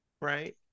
right